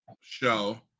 show